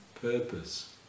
purpose